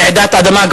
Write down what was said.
רעידת אדמה,